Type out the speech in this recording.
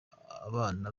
abana